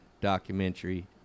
documentary